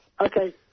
Okay